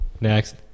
Next